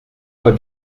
voit